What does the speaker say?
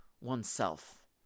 oneself